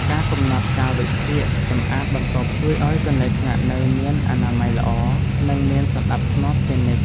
ការកំណត់កាលវិភាគសម្អាតបន្ទប់ជួយឱ្យកន្លែងស្នាក់នៅមានអនាម័យល្អ និងមានសណ្តាប់ធ្នាប់ជានិច្ច។